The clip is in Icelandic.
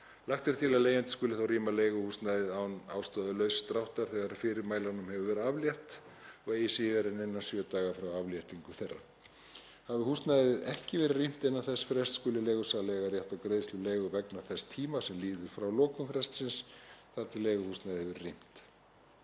Lagt er til að leigjandi skuli þá rýma leiguhúsnæðið án ástæðulauss dráttar þegar fyrirmælunum hefur verið aflétt og eigi síðar en innan sjö daga frá afléttingu þeirra. Hafi húsnæðið ekki verið rýmt innan þess frests skuli leigusali eiga rétt á greiðslu leigu vegna þess tíma sem líður frá lokum frestsins þar til leiguhúsnæðið hefur verið